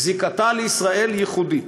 והקהילה היהודית